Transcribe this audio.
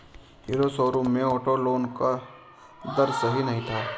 hero showroom में auto loan का दर सही नहीं था